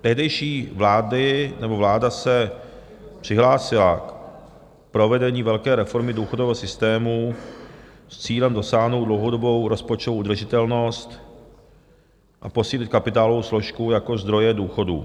Tehdejší vláda se přihlásila k provedení velké reformy důchodového systému s cílem dosáhnout dlouhodobou rozpočtovou udržitelnost a posílit kapitálovou složku jako zdroje důchodů.